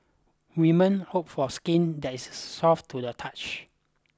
women hope for skin that is soft to the touch